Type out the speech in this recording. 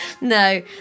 No